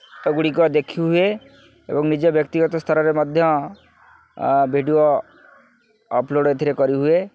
ଗୁଡ଼ିକ ଦେଖିହୁଏ ଏବଂ ନିଜ ବ୍ୟକ୍ତିଗତ ସ୍ତରରେ ମଧ୍ୟ ଭିଡ଼ିଓ ଅପଲୋଡ଼ ଏଥିରେ କରିହୁଏ